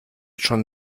schon